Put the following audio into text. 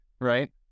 right